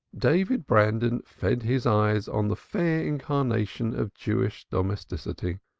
david brandon fed his eyes on the fair incarnation of jewish domesticity,